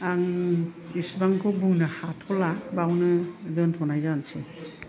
आं एसेबांखौ बुंनो हाथ'ला बेयावनो दोनथ'नाय जानोसै